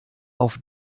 auf